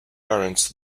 parents